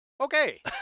Okay